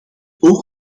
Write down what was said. oog